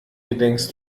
gedenkst